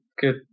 good